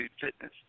fitness